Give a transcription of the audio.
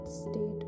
state